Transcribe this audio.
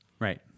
Right